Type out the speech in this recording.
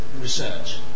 research